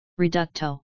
Reducto